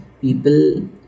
people